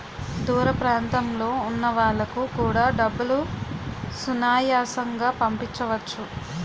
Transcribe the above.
దూర ప్రాంతంలో ఉన్న వాళ్లకు కూడా డబ్బులు సునాయాసంగా పంపించవచ్చు